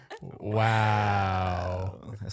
Wow